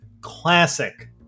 classic